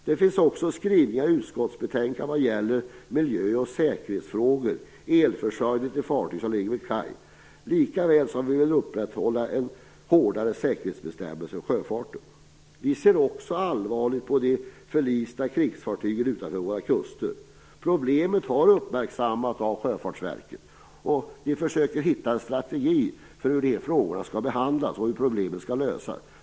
Det finns också skrivningar i utskottsbetänkandet vad gäller miljö och säkerhetsfrågorna och elförsörjningen till fartyg som ligger vid kaj. Vi vill också upprätta hårdare säkerhetsbestämmelser för sjöfarten. Vi ser också allvarligt på de förlista krigsfartygen utanför våra kuster. Problemen har uppmärksammats av Sjöfartsverket, som försöker hitta en strategi för hur frågorna skall behandlas och hur problemen skall lösas.